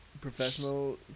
professional